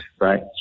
right